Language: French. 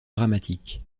dramatiques